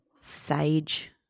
sage